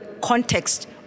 context